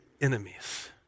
enemies